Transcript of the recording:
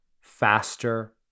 faster